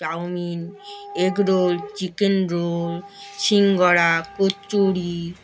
chowmein egg roll chicken roll singara kachori